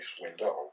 window